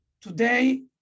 Today